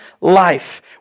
life